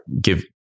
give